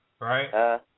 right